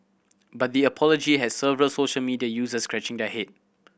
but the apology had several social media users scratching their head